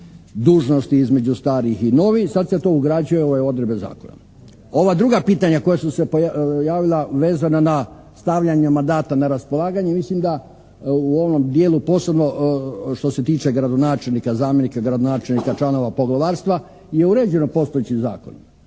dužnosti između starih i novih, sad se to ugrađuje u ove odredbe zakona. Ova druga pitanja koja su se pojavila vezana na stavljanje mandata na raspolaganje mislim da u ovom dijelu posebno što se tiče gradonačelnika, zamjenika gradonačelnika i članova poglavarstva je uređeno postojećim zakonom.